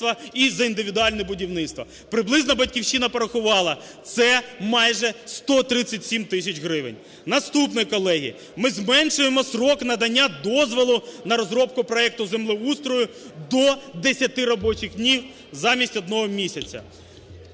і за індивідуальне будівництво. Приблизно "Батьківщина" порахувала, це майже 137 тисяч гривень. Наступне, колеги. Ми зменшуємо строк надання дозволу на розробку проекту землеустрою до 10 робочих днів замість 1 місяця.